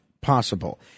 possible